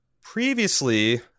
previously